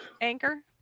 anchor